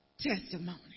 testimony